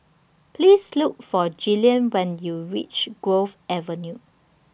Please Look For Jillian when YOU REACH Grove Avenue